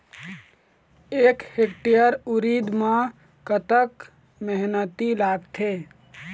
एक हेक्टेयर उरीद म कतक मेहनती लागथे?